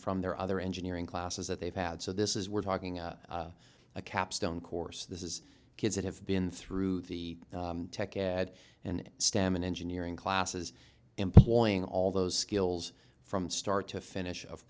from their other engineering classes that they've had so this is we're talking about a capstone course this is kids that have been through the tech add and stem and engineering classes employing all those skills from start to finish of